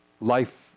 life